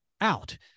out